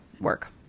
work